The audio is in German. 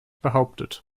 behauptet